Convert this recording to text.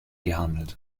gehandelt